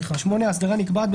(8) האסדרה נקבעת,